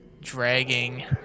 dragging